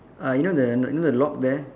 uh you know the you know the lock there